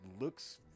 looks